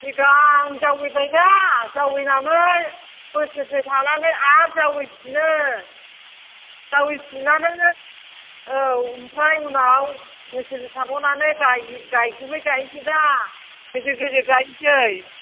सिगां जावायबायदा जावायनानै बोसोरसे थानानै आरो जावैफिनो जावहैफिननानै औ ओमफ्राय उनाव बोसोरसे थाबावनानै गायोनोसै दा गेजेर गेजेर गायनोसै